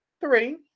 three